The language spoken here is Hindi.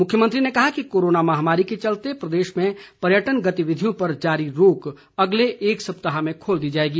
मुख्यमंत्री ने कहा कि कोरोना महामारी के चलते प्रदेश में पर्यटन गतिविधियों पर जारी रोक अगले एक सप्ताह में खोल दी जाएगी